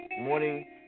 morning